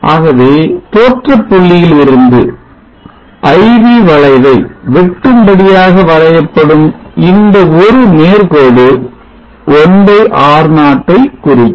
ஆகவே தோற்றப் புள்ளியிலிருந்து IV வளைவை வெட்டும் படியாக வரையப்படும் இந்த ஒரு நேர்கோடு 1R0 ஐ குறிக்கும்